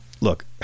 Look